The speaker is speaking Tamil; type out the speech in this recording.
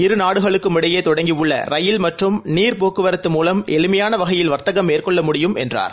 இரு நாடுகளுக்குமிடையேதொடங்கியுள்ளரயில் மற்றும் நீர் போக்குவரத்து மூலம் எளிமையாளவகையில் வர்க்தகம் மேற்கொள்ள முடியும் என்றார்